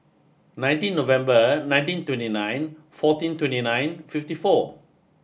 nineteen November nineteen twenty nine fourteen twenty nine fifty four